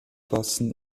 fassen